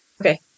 Okay